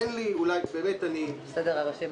תן לי בבקשה כי אני צריך לצאת.